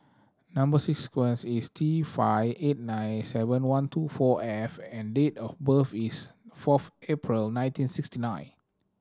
number sequence is T five eight nine seven one two four F and date of birth is fourth April nineteen sixty nine